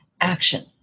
action